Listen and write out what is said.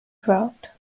drought